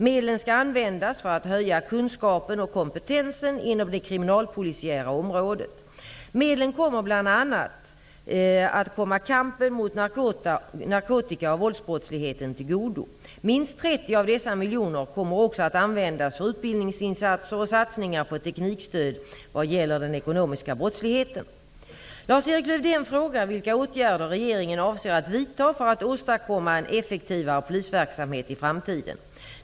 Medlen skall användas för att höja kunskapen och kompetensen inom det kriminalpolisiära området. Medlen kommer bl.a. att komma kampen mot narkotika och våldsbrottsligheten till godo. Minst 30 av dessa miljoner kommer också att användas för utbildningsinsatser och satsningar på teknikstöd vad gäller den ekonomiska brottsligheten. Lars-Erik Lövdén frågar vilka åtgärder regeringen avser att vidta för att åstadkomma en effektivare polisverksamhet i framtiden.